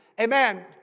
amen